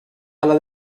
alla